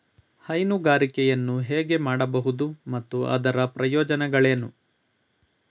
ಹೈನುಗಾರಿಕೆಯನ್ನು ಹೇಗೆ ಮಾಡಬಹುದು ಮತ್ತು ಅದರ ಪ್ರಯೋಜನಗಳೇನು?